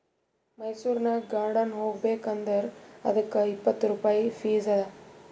ಮೈಸೂರನಾಗ್ ಗಾರ್ಡನ್ ಹೋಗಬೇಕ್ ಅಂದುರ್ ಅದ್ದುಕ್ ಇಪ್ಪತ್ ರುಪಾಯಿ ಫೀಸ್ ಅದಾ